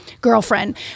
girlfriend